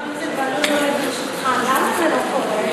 חבר הכנסת בהלול, ברשותך, למה זה לא קורה?